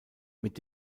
mit